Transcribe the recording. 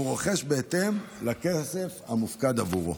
והוא רוכש בהתאם לכסף המופקד עבורו.